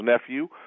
nephew